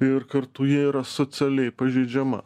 ir kartu jie yra socialiai pažeidžiama